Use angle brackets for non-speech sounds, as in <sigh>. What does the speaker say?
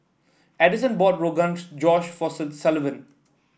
Addyson bought Rogan Josh for <unintelligible> Sullivan